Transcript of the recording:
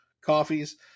coffees